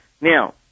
Now